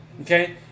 okay